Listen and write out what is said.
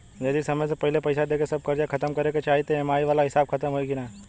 जदी समय से पहिले पईसा देके सब कर्जा खतम करे के चाही त ई.एम.आई वाला हिसाब खतम होइकी ना?